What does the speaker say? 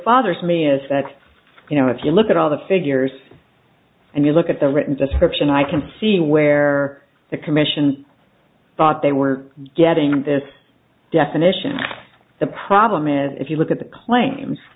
bothers me is that you know if you look at all the figures and you look at the written description i can see where the commission thought they were getting this definition the problem is if you look at the claims